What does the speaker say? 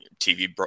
TV